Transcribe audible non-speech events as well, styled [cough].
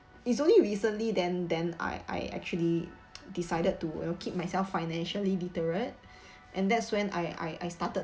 is only recently then then I I actually [noise] decided to you know keep myself financially literate [breath] and that's when I I I started